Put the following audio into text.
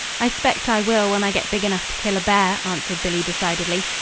i spect i will, when i get big enough to kill a bear, answered billy decidedly.